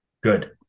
good